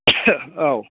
औ